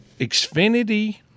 Xfinity